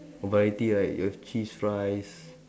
variety right your cheese fries